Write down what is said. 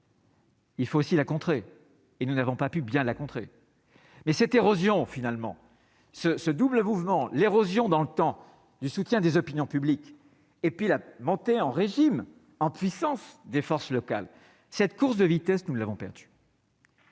Il faut aussi la contrée et nous n'avons pas pu bien la contrée mais cette érosion finalement ce ce double mouvement l'érosion dans le temps du soutien des opinions publiques et puis la montée en régime en puissance des forces locales cette course de vitesse, nous l'avons perdu.